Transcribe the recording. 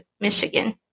Michigan